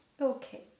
Okay